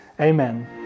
amen